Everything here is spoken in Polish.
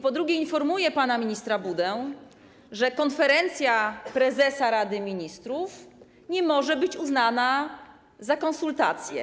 Po drugie, informuję pana ministra Budę, że konferencja Prezesa Rady ministrów nie może być uznana za konsultacje.